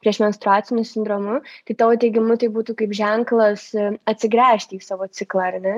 priešmenstruaciniu sindromu kai tavo teigimu tai būtų kaip ženklas atsigręžti į savo ciklą ar ne